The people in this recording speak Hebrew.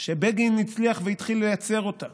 שבגין הצליח והתחיל לייצר אותה